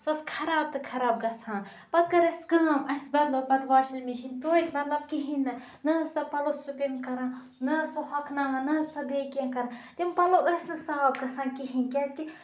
سۄ ٲسۍ خَراب تہٕ خَراب گَژھان پَتہِ کٔر اَسہِ کٲم اَسہِ بَدلٲو پَتہِ واشِنٛگ مِشیٖن توتہِ مَطلَب کِہیٖنۍ نہٕ نہ ٲسۍ سۄ پَلَو سُپِن کَران نہَ ٲسۍ سۄ ہۄکھناوان نہَ ٲسۍ سۄ بیٚیہِ کینٛہہ کران تِم پَلَو ٲسۍ نہِ صاف گَژھان کِہیٖنۍ کیازکہِ